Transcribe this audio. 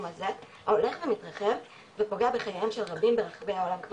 הזה ההולך ומתרחב ופוגע בחייהם של רבים ברחבי העולם.